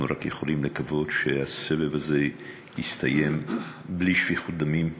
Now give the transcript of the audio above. אנחנו רק יכולים לקוות שהסבב הזה יסתיים בלי שפיכות דמים.